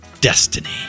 Destiny